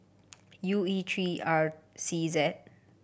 U E three R C Z